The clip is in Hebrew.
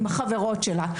עם חברות שלה,